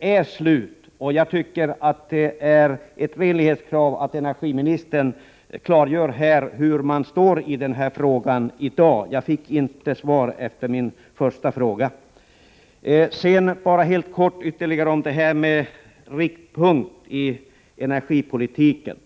är slut. Jag tycker att det är ett renlighetskrav att energiministern här klargör hur man i dag står i den frågan — jag fick inte svar på min första fråga om det. Sedan bara några ord i all korthet om det här med riktpunkt i energipolitiken.